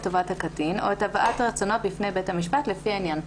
טובת הקטין או את הבאת רצונו בפני בית המשפט לפי העניין.